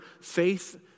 faith